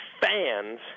fans